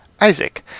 Isaac